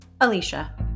Alicia